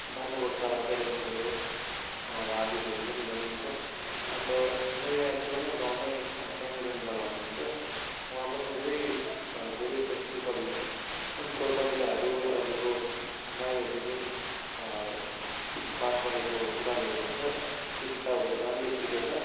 भानुभक्त आचार्य हुनु भयो उहाँलाई आदिकवि पनि भनिन्छ अन्त मेरो यहाँ छेउमा गाउँमा समिरन बडा हुनु हुन्छ उहाँ पनि धेरै धेरै प्रसिद्ध कवि हो उनको कविताहरू अहिलेको नानीहरूको जुन त्यो पाठशालाको किताबहरू हुन्छ त्यो किताबहरूमा पनि लेखिएको छ